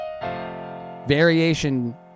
Variation